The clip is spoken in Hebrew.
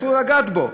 אסור לגעת בו,